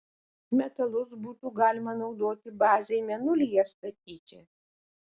metalus būtų galima naudoti bazei mėnulyje statyti